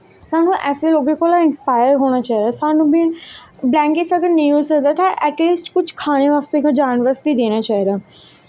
स्हानू ऐसें कोला इंसापायर होना चाही दा स्हानू बी ब्लैंकट अगर नेंई होई सकदा ते ऐटलीस्ट कुछ खाने बास्तै ते जानवर गी देना चाही दा